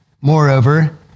Moreover